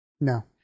No